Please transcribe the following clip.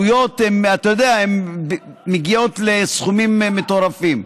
שהעלויות, אתה יודע, מגיעות לסכומים מטורפים.